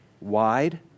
wide